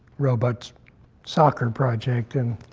robot soccer project, and